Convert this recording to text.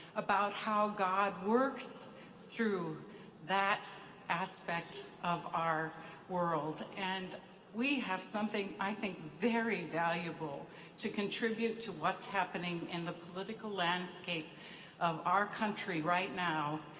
about how god works through that aspect of our world. and we have something i think very valuable to contribute to what's happening in the political landscape of our country right now,